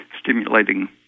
stimulating